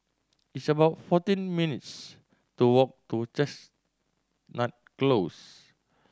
it's about fourteen minutes' to walk to Chestnut Close